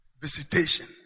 Visitation